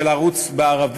של הערוץ בערבית,